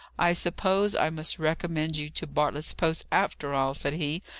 i suppose i must recommend you to bartlett's post, after all, said he,